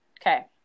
Okay